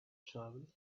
travel